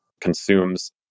consumes